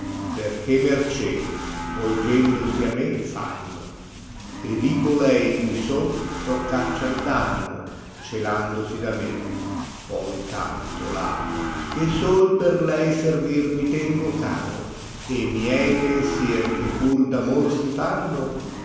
perchè mercè volgendosi a me fanno e di colei cui son procaccian danno gelandosi da me poi tanto l'amo che sol per lei servir mi tengo caro e miei pensier che pur d amor si fanao